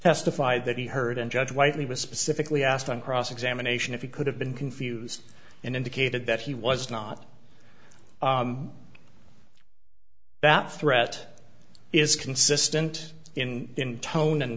testified that he heard and judge whitely was specifically asked on cross examination if he could have been confused and indicated that he was not that threat is consistent in tone and